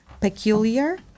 peculiar